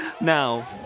Now